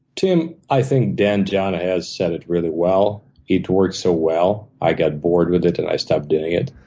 tim, i think dan john has said it really well. it worked so well, i got bored with it, and i stopped doing it.